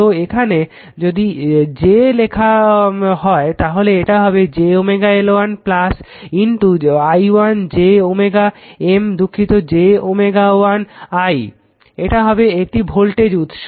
তো এখানে যদি j লেখা হয় তাহলে এটা হবে j L1 i1 j M দুঃখিত j l I এটা হবে একটি ভোল্টেজ উৎস